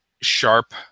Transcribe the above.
sharp